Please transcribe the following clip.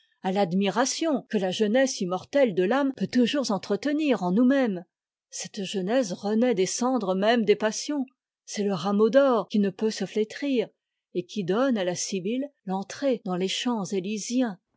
à l'admiration que la jeunesse immortelle de l'âme peut toujours entretenir en nous-mêmes cette jeunesse renaît des cendres mêmes des passions c'est le rameau d'or qui ne peut se uétrir et qui donne à la sibylle l'entrée dans les champs élysiens